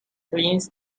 cleans